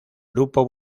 grupo